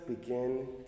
begin